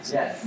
Yes